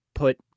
put